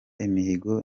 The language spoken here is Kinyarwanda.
imihigo